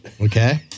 Okay